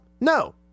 No